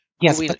Yes